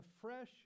fresh